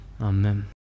Amen